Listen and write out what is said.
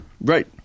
Right